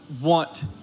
want